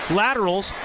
laterals